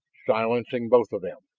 silencing both of them.